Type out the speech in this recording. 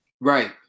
right